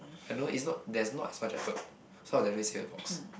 I don't know is not there's not as much effort so I'll definitely say a box